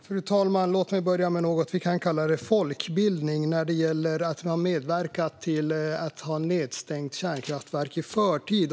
Fru talman! Låt mig börja med något som vi kan kalla folkbildning när det gäller att ha medverkat till att stänga ned kärnkraftverk i förtid.